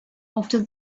after